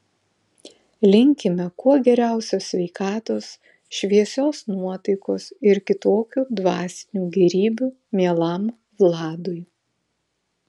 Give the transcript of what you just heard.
linkime kuo geriausios sveikatos šviesios nuotaikos ir kitokių dvasinių gėrybių mielam vladui